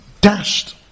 dashed